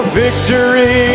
victory